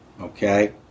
okay